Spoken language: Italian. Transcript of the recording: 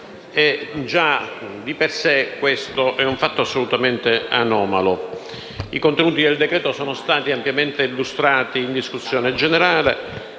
è, già di per sé, assolutamente anomalo. I contenuti del decreto-legge sono stati ampiamente illustrati in discussione generale.